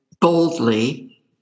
boldly